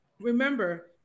remember